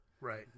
Right